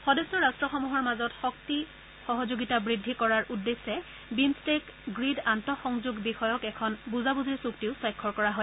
সদস্যৰাট্টসমূহৰ মাজত শক্তি সহযোগিতা বৃদ্ধি কৰাৰ উদ্দেশ্যে বিমষ্টেক গ্ৰীড আন্তঃসংযোগ বিষয়ক এখন বুজাবুজিৰ চুক্তিও স্বাক্ষৰ কৰা হয়